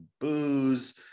booze